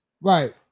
right